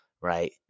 right